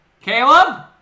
Caleb